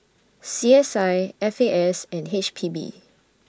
C S I F A S and H P B